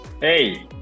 Hey